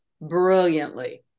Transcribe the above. brilliantly